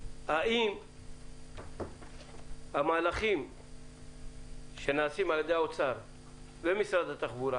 האם המהלכים שנעשים על ידי האוצר ומשרד התחבורה